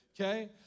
Okay